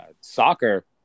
soccer